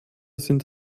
sind